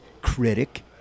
critic